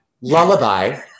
lullaby